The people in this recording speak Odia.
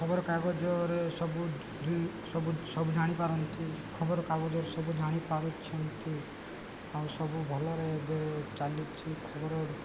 ଖବରକାଗଜରେ ସବୁ ଯୋ ସବୁ ସବୁ ଜାଣିପାରନ୍ତି ଖବରକାଗଜରେ ସବୁ ଜାଣିପାରୁଛନ୍ତି ଆଉ ସବୁ ଭଲରେ ଏବେ ଚାଲିଛି ଖବର